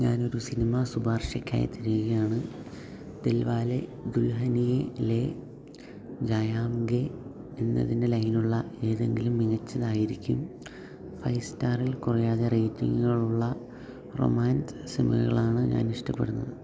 ഞാനൊരു സിനിമ ശുപാർശക്കായി തിരയുകയാണ് ദിൽവാലെ ദുൽഹനിയ ലേ ജായേംഗെ എന്ന ലൈനിലുള്ള ഏതെങ്കിലും മികച്ചതായിരിക്കും ഫൈവ് സ്റ്റാറിൽ കുറയാതെ റേറ്റിംഗുകളുള്ള റൊമാൻസ് സിനിമകളാണ് ഞാനിഷ്ടപ്പെടുന്നത്